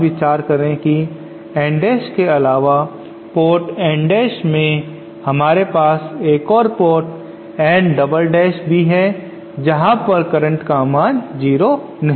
अब विचार करें कि N Dash के अलावा पोर्ट N Dash मैं हमारे पास एक और पोर्ट N डबल डैश भी है जहां पर करंट का मान 0 नहीं है